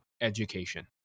education